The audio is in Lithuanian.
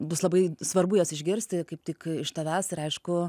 bus labai svarbu jas išgirsti kaip tik iš tavęs ir aišku